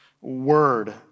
word